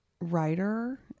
writer